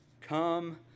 Come